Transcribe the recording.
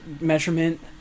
measurement